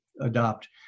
adopt